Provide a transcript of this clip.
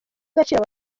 agaciro